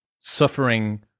suffering